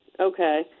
okay